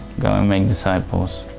go and disciples.